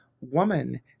woman